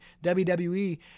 WWE